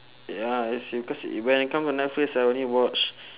ya it's because i~ when it come to netflix I only watch